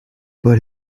but